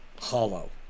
hollow